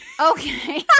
Okay